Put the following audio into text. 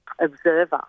observer